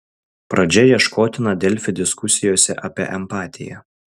pradžia ieškotina delfi diskusijose apie empatiją